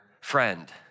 friend